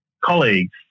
colleagues